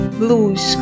blues